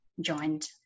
joined